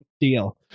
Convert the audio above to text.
deal